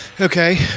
Okay